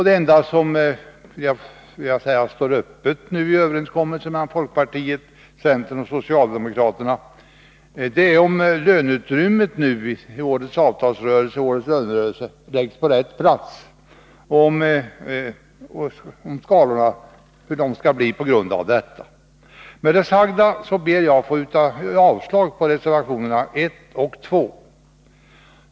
Det enda som står öppet i överenskommelsen mellan folkpartiet, centern och socialdemokraterna är frågan om löneutrymmet i årets lönerörelse läggs på rätt plats — om inte kan skalorna justeras. Med det sagda, fru talman, ber jag att få yrka avslag på reservationerna 1 och 2.